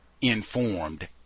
informed